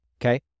okay